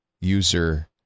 user